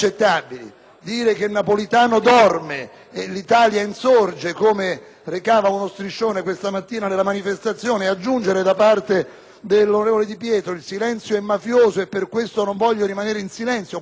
Dire che Napolitano dorme e l'Italia insorge, come recava uno striscione esposto questa mattina nella manifestazione, e aggiungere, da parte dell'onorevole Di Pietro, che "il silenzio è mafioso e per questo non voglio rimanere in silenzio", equivale